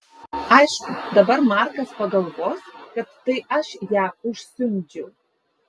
aišku dabar markas pagalvos kad tai aš ją užsiundžiau